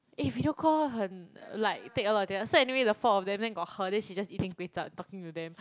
eh video call 很 like take a lot of data so anyway the four of them then got her then she just eating kway-chap and talking to them